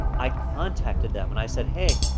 i contacted them and i said, hey,